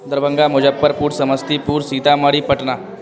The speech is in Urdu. دربھنگا مظفرپور سمستی پور سیتامڑھی پٹنہ